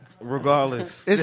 Regardless